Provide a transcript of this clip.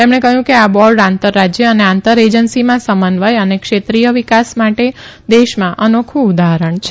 તેમણે કહયું કે આ બોર્ડ આંતરરાજય અને આંતર એજન્સીમાં સમન્વય અને ક્ષેત્રીય વિકાસ માટે દેશમાં અનોખુ ઉદાહરણ છે